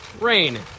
Rain